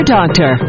Doctor